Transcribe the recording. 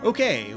Okay